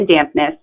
dampness